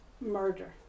murder